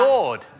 Lord